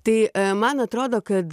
tai man atrodo kad